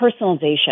personalization